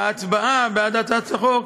ההצבעה בעד הצעת החוק